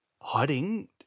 Hiding